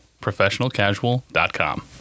ProfessionalCasual.com